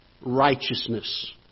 righteousness